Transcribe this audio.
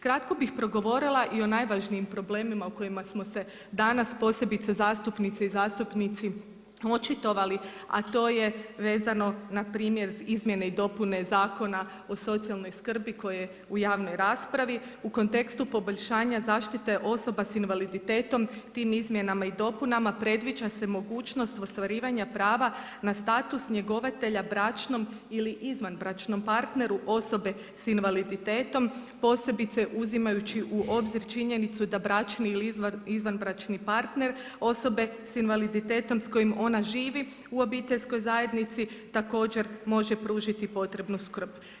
Kratko bih progovorila i o najvažnijim problemima o kojima smo se danas posebice zastupnice i zastupnici očitovali a to je vezano na primjer Izmjene i dopune Zakona o socijalnoj skrbi koje je u javnoj raspravi u kontekstu poboljšanja zaštite osoba sa invaliditetom tim Izmjenama i dopunama predviđa se mogućnost ostvarivanja prava na status njegovatelja bračnom ili izvanbračnom partneru osobe sa invaliditetom posebice uzimajući u obzir činjenicu da bračni ili izvanbračni partner osobe sa invaliditetom s kojim ona živi u obiteljskoj zajednici također može pružiti potrebnu skrb.